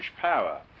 power